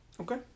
Okay